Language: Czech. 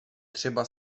třeba